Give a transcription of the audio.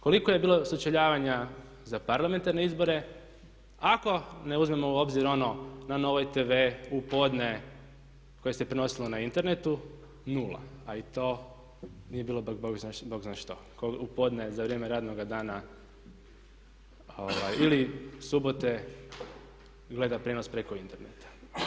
Koliko je bilo sučeljavanja za parlamentarne izbore ako ne uzmemo u obzir ono na Novoj tv u podne koje se prenosilo na internetu nula a i to nije bilo baš Bog zna što, u podne za vrijeme radnoga dana ili subote gleda prijenos preko interneta.